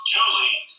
Julie